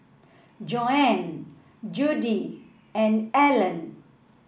Joann Judi and Alan